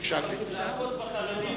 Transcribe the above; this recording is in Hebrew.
בבקשה, גברתי.